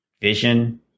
vision